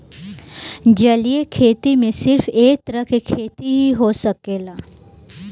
जलीय खेती में सिर्फ एक तरह के खेती ही हो सकेला